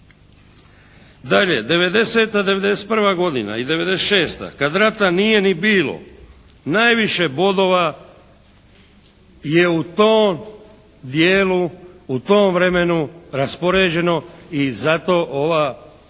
Dalje. '90., '91. godina i '96. kad rata nije ni bilo najviše bodova je u tom dijelu, u tom vremenu raspoređeno i zato ova cifra